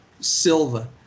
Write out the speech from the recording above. Silva